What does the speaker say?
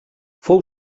fou